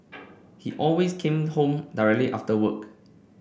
he always came home directly after work